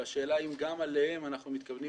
והשאלה אם גם עליהם אנחנו מתכוונים